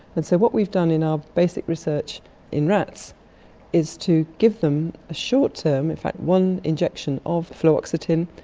and so what we've done in our basic research in rats is to give them a short-term. in fact one injection of fluoxetine,